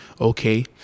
Okay